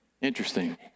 Interesting